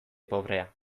pobrea